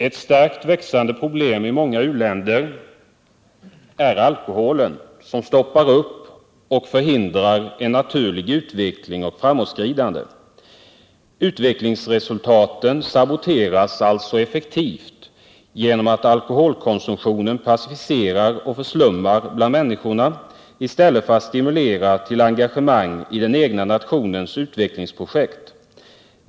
Ett starkt växande problem i många u-länder är alkoholen, som stoppar upp och förhindrar en naturlig utveckling och framåtskridande. Utvecklingsresultaten saboteras alltså effektivt genom att alkoholkonsumtionen passiviserar och förslummar bland människorna i stället för att stimulera till engagemang i den egna nationens utvecklingsprojekt.